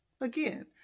Again